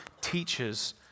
teaches